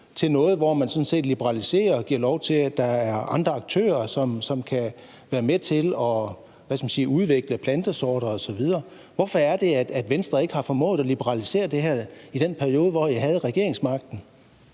til noget, hvor man sådan set liberaliserer og giver lov til, at der er andre aktører, som kan være med til at, hvad skal man sige, udvikle plantesorter osv. Hvorfor er det, at Venstre ikke har formået at liberalisere det her i den periode, hvor I havde regeringsmagten?